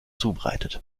zubereitet